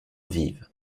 vive